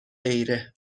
غیره